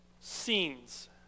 scenes